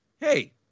hey